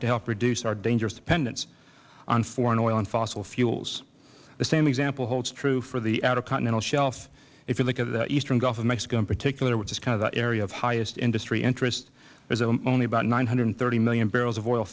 to help reduce our dangerous dependence on foreign oil and fossil fuels the same example holds true for the outer continental shelf if you look at the eastern gulf of mexico in particular which is kind of an area of highest industry interest only about nine hundred and thirty million barrels of oil